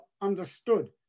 understood